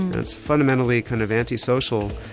it's fundamentally kind of anti-social.